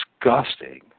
disgusting